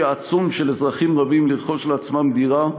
העצום של אזרחים רבים לרכוש לעצמם דירה,